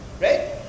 right